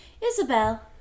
isabel